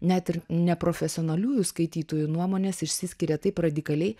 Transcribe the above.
net ir neprofesionaliųjų skaitytojų nuomonės išsiskiria taip radikaliai